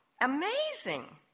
Amazing